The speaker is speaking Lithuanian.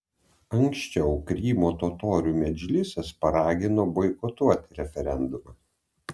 anksčiau krymo totorių medžlisas paragino boikotuoti referendumą